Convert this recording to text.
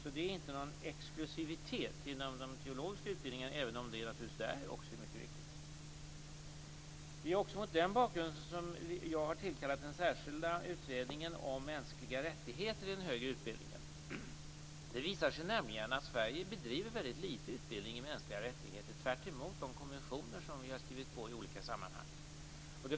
Detta är alltså inte en exklusivitet inom de teologiska utbildningarna, även om det naturligtvis också där är mycket viktigt. Mot den bakgrunden har jag tillkallat den särskilda utredningen om mänskliga rättigheter i den högre utbildningen. Det visar sig nämligen att Sverige bedriver väldigt litet utbildning i ämnet mänskliga rättigheter, tvärtemot de konventioner som vi i olika sammanhang har skrivit på.